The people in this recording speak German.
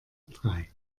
drei